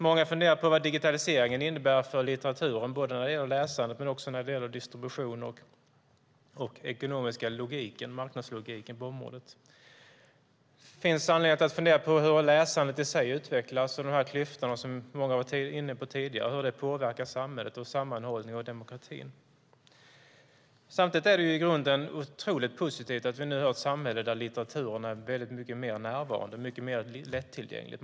Många funderar på vad digitaliseringen innebär för litteraturen både när det gäller läsandet och när det gäller distribution och den ekonomiska logiken, marknadslogiken, på området. Det finns anledning att fundera på hur läsandet i sig utvecklas och hur de klyftor som många har varit inne på tidigare påverkar samhället, sammanhållningen och demokratin. Samtidigt är det i grunden otroligt positivt att vi nu har ett samhälle där litteraturen är mycket mer närvarande och mycket mer lättillgänglig.